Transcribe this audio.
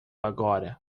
agora